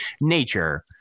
nature